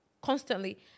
constantly